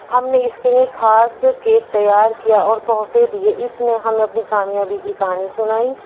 ہم نے اس کے لیے خاص کیک تیار کیا اور توحفے دیے اس نے ہمیں اپنی کامیابی کی کہانی سنائی